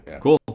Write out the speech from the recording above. cool